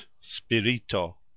spirito